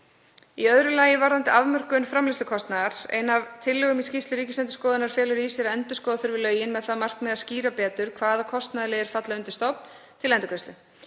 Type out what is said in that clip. Í öðru lagi varðar það afmörkun framleiðslukostnaðar. Ein af tillögunum í skýrslu Ríkisendurskoðunar felur í sér að endurskoða þurfi lögin með það að markmiði að skýra betur hvaða kostnaðarliðir falli undir stofn til endurgreiðslu.